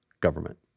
government